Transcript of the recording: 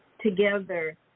together